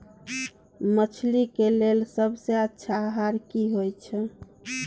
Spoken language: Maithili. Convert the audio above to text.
मछली के लेल सबसे अच्छा आहार की होय छै?